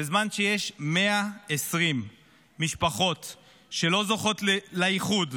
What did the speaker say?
בזמן שיש 120 משפחות שלא זוכות לאיחוד,